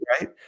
right